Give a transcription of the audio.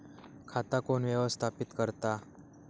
खाता कोण व्यवस्थापित करता?